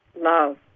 love